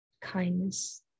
kindness